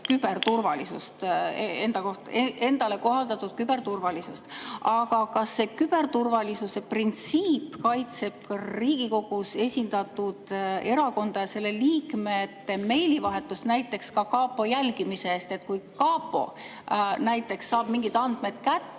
küberturvalisust, endale kohaldatud küberturvalisust. Aga kas see küberturvalisuse printsiip kaitseb Riigikogus esindatud erakonda ja selle liikmete meilivahetust näiteks ka kapo jälgimise eest? Kui kapo näiteks saab mingid andmed kätte,